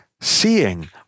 seeing